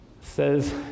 says